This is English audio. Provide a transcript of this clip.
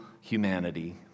humanity